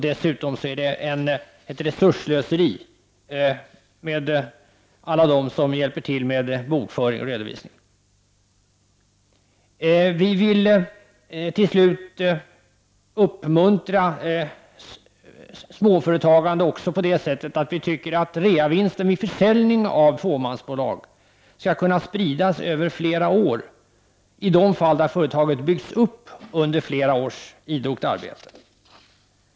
Dessutom är det ett resursslöseri med alla dem som hjälper till med bokföring och redovisning. Vi vill till slut också uppmuntra småföretagande genom att reavinster vid försäljning av fåmansbolag skall kunna spridas över flera år i de fall där företaget byggts upp under flera års idogt arbete.